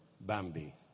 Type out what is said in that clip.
Bambi